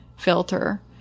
filter